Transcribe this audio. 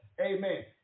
Amen